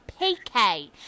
PK